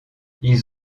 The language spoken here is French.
ils